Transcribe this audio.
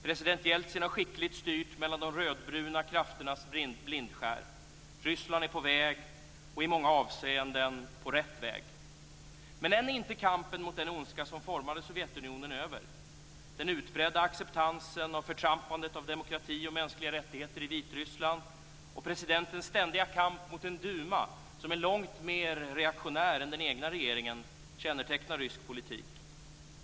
President Jeltsin har skickligt styrt mellan de rödbruna krafternas blindskär. Ryssland är på väg, och i många avseenden på rätt väg. Men än är inte kampen mot den ondska som formade Sovjetunionen över. Den utbredda acceptansen av förtrampandet av demokrati och mänskliga rättigheter i Vitryssland och presidentens ständiga kamp mot en duma som är långt mer reaktionär än den egna regeringen kännetecknar rysk politik.